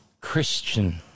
Christian